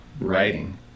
writing